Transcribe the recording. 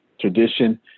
Tradition